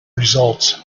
results